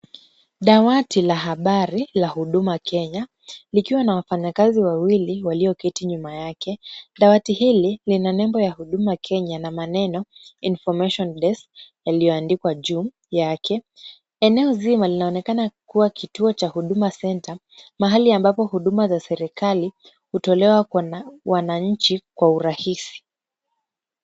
Dawati la habari la Huduma Kenya, likiwa na wafanyakazi wawili walioketi nyuma yake. Dawati hili lina nembo ya Huduma Kenya na maneno information desk iliyoandikwa juu yake , eneo zima linaonekana kuwa kituo cha Huduma Center. Mahali ambapo huduma za serikali hutolewa kwa wananchi kwa urahisi.